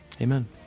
Amen